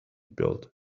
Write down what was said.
built